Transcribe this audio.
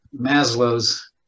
Maslow's